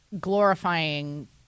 glorifying